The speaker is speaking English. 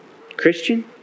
Christian